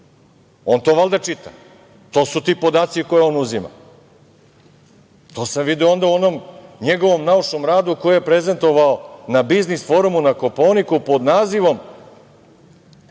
On to valjda čita. To su ti podaci koje on uzima. To sam video onda u onom njegovom naučnom radu, koji je prezentovao na biznis forumu na Kopaoniku, pod nazivom